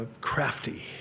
crafty